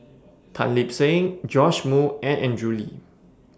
Tan Lip Seng Joash Moo and Andrew Lee